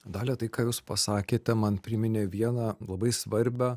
dalia tai ką jūs pasakėte man priminė vieną labai svarbią